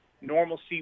normalcy